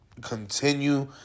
continue